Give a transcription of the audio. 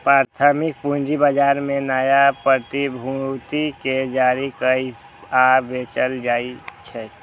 प्राथमिक पूंजी बाजार मे नया प्रतिभूति कें जारी कैल आ बेचल जाइ छै